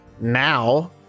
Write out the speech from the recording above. now